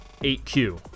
8Q